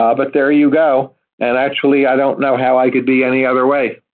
ah but there you go, and actually i don't know how i could be any other way.